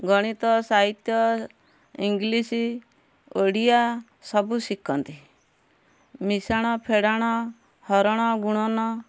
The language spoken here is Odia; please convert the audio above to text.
ଗଣିତ ସାହିତ୍ୟ ଇଂଲିଶି ଓଡ଼ିଆ ସବୁ ଶିକନ୍ତି ମିଶାଣ ଫେଡ଼ାଣ ହରଣ ଗୁଣନ